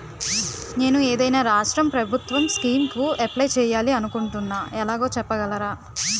నేను ఏదైనా రాష్ట్రం ప్రభుత్వం స్కీం కు అప్లై చేయాలి అనుకుంటున్నా ఎలాగో చెప్పగలరా?